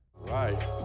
right